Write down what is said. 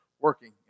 working